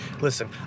Listen